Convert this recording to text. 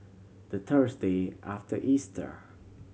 the Thursday after Easter